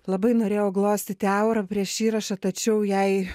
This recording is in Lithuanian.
labai norėjau glostyti aurą prieš įrašą tačiau jei